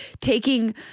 taking